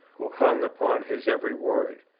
who hung upon his every word?